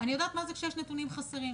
אני יודעת מה זה כשיש נתונים חסרים.